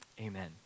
Amen